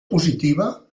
positiva